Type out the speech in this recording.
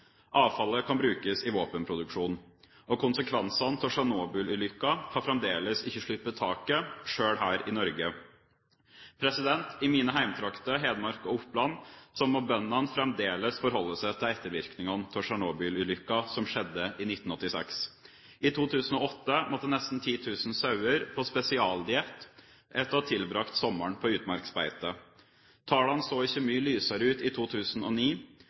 Avfallet kan brukes i våpenproduksjon. Konsekvensene av Tsjernobyl-ulykken har fremdeles ikke sluppet taket, selv her i Norge. I mine heimtrakter, Hedmark og Oppland, må bøndene fremdeles forholde seg til ettervirkningene av Tsjernobyl-ulykken som skjedde i 1986. I 2008 måtte nesten 10 000 sauer på spesialdiett etter å ha tilbrakt sommeren på utmarksbeite. Tallene så ikke mye lysere ut i 2009.